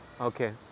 Okay